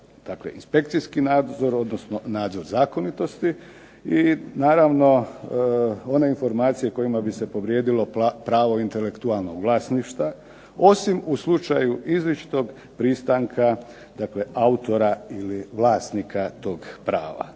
inspekcijski nadzor odnosno nadzor zakonitosti. I naravno one informacije kojima bi se povrijedilo pravo intelektualnog vlasništva osim u slučaju izričitog pristanka dakle autora ili vlasnika tog prava.